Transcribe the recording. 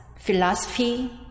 philosophy